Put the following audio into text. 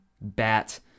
bat